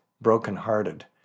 broken-hearted